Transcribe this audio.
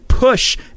Push